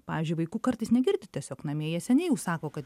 pavyzdžiui vaikų kartais negirdi tiesiog namie jie seniai jau sako kad